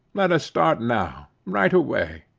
let us start now, right away.